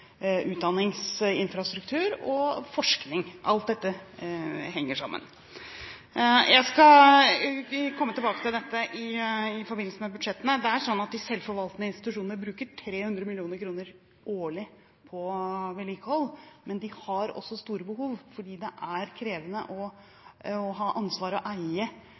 og forskning. Alt dette henger sammen. Jeg skal komme tilbake til dette i forbindelse med budsjettene. Det er slik at de selvforvaltende institusjonene bruker 300 mill. kr årlig på vedlikehold. Men de har også store behov, for det er krevende å ha ansvaret for, og eie,